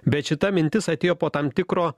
bet šita mintis atėjo po tam tikro